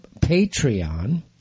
Patreon